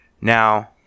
Now